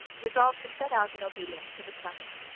resolved to set out in obedience to the summons,